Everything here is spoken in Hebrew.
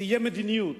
תהיה מדיניות.